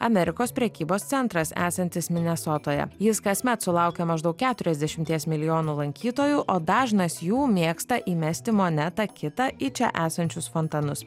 amerikos prekybos centras esantis minesotoje jis kasmet sulaukia maždaug keturiasdešimties milijonų lankytojų o dažnas jų mėgsta įmesti monetą kitą į čia esančius fontanus